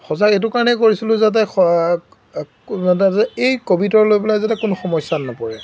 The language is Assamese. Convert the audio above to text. সজাগ এইটো কাৰণেই কৰিছিলোঁ যাতে এই ক'ভিডৰ লৈ পেলাই যাতে কোনো সমস্যাত নপৰে